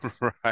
Right